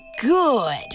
good